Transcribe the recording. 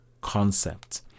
concept